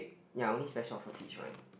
ya only special of the peach one